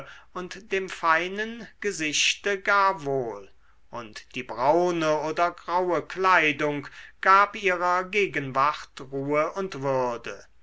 und dem feinen gesichte gar wohl und die braune oder graue kleidung gab ihrer gegenwart ruhe und würde